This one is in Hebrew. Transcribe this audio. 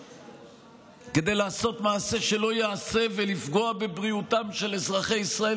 בהם כדי לעשות מעשה שלא ייעשה ולפגוע בבריאותם של אזרחי ישראל,